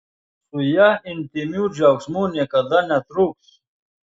su ja intymių džiaugsmų niekada netruks